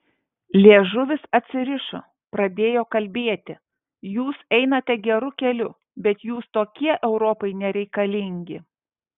liežuvis atsirišo pradėjo kalbėti jūs einate geru keliu bet jūs tokie europai nereikalingi